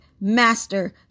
master